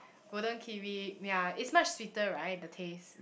golden kiwi ya it's much sweeter right the taste